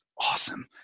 Awesome